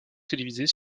télévisés